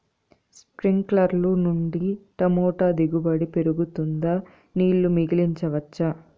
స్ప్రింక్లర్లు నుండి టమోటా దిగుబడి పెరుగుతుందా? నీళ్లు మిగిలించవచ్చా?